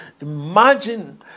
Imagine